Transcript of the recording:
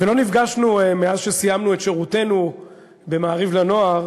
ולא נפגשנו מאז שסיימנו את שירותנו ב"מעריב לנוער".